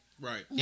Right